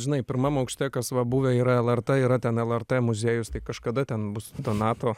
žinai pirmam aukšte kas va buvę yra lrt yra ten lrt muziejus tai kažkada ten bus donato